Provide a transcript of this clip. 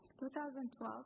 2012